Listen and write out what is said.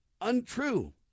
untrue